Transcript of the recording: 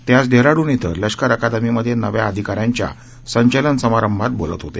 ते आज डेहराडून इथं लष्कर अकादमीमधे नव्या अधिकाऱ्यांच्या संचलन समारंभात बोलत होते